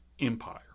empire